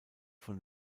von